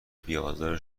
بیآزار